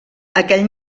aquell